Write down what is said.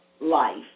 life